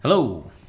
Hello